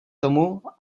tomu